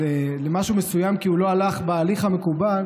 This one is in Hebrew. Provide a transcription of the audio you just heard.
למשהו מסוים כי הוא לא הלך בהליך המקובל,